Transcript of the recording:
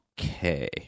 Okay